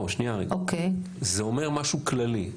זה אומר משהו כללי.